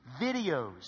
videos